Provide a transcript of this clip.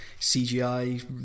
CGI